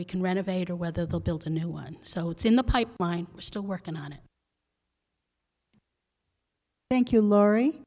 we can renovate or whether they'll build a new one so it's in the pipeline we're still working on it thank you l